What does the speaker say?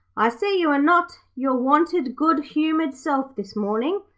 i see you are not your wonted, good-humoured self this morning.